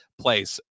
place